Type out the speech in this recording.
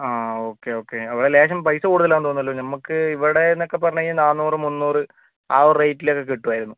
ആ okay okay അപ്പോൾ ലേശം പൈസ കൂടുതലാണെന്ന് തോന്നുന്നല്ലോ നമുക്ക് ഇവിടെ എന്നൊക്കെ പറഞ്ഞുകഴിഞ്ഞാൽ നാനൂറ് മുന്നൂറ് ആ ഒരു റേറ്റിലൊക്കെ കിട്ടുമായിരുന്നു